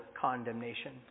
condemnation